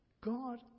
God